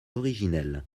originel